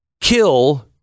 Kill